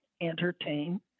entertain